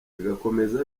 bigakomeza